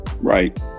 Right